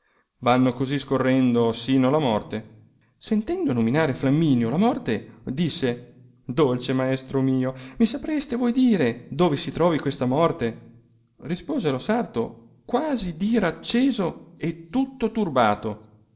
vanno così scorrendo sino alla morte sentendo nominare flamminio la morte disse dolce mio maestro mi sapereste voi dire dove si trovi questa morte rispose lo sarto quasi d'ira acceso e tutto turbato